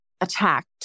attacked